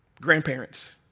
grandparents